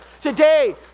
today